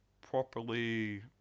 properly